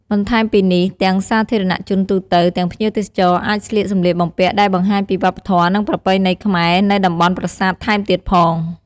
បន្ថែមពីនេះទាំងសាធារណៈជនទូទៅ ទាំងភ្ញៀវទេសចរណ៍អាចស្លៀកសម្លៀកបំពាក់ដែលបង្ហាញពីវប្បធម៌និងប្រពៃណីខ្មែរនៅតំបន់ប្រាសាទថែមទៀតផង។